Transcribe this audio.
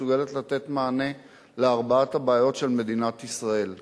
שמסוגלת לתת מענה על ארבע הבעיות של מדינת ישראל כרגע,